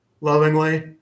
lovingly